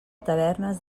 tavernes